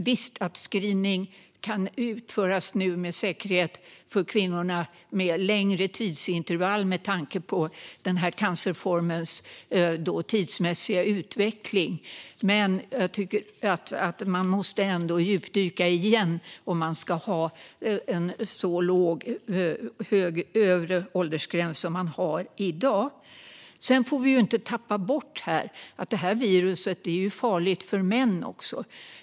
Visst kan screening för kvinnor nu med säkerhet utföras med längre tidsintervall med tanke på denna cancerforms tidsmässiga utveckling, men man måste ändå djupdyka igen om man ska ha en så låg övre åldersgräns som man har i dag. Vi får inte tappa bort att detta virus är farligt även för män.